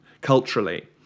culturally